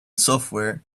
software